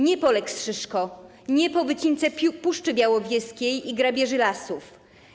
Nie po lex Szyszko, nie po wycince Puszczy Białowieskiej i grabieży lasów.